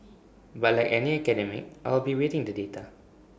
but like any academic I will be awaiting the data